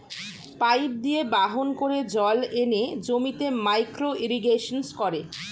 pipe দিয়ে বাহন করে জল এনে জমিতে মাইক্রো ইরিগেশন করে